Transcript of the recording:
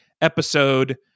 episode